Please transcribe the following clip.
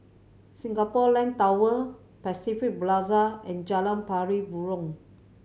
Singapore Land Tower Pacific Plaza and Jalan Pari Burong